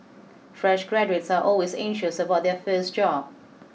fresh graduates are always anxious about their first job